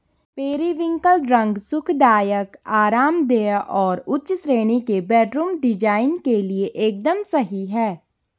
periwinkle रंग सुखदायक, आरामदेह और उच्च श्रेणी के बेडरूम डिजाइन के लिए एकदम सही है